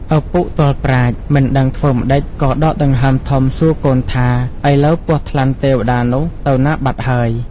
ឪពុកទាល់ប្រាជ្ញ មិនដឹងធ្វើម្ដេចក៏ដកដង្ហើមធំសួរកូនថា ឥឡូវពស់ថ្លាន់ទេវតាននោះទៅណាបាត់ហើយ។